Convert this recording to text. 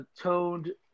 toned